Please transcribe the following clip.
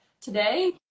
Today